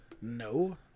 No